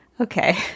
Okay